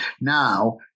now